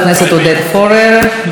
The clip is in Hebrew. חבר הכנסת מנחם אליעזר מוזס,